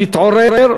תתעורר,